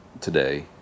today